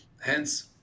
hence